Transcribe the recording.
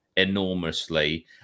Enormously